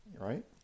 Right